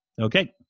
Okay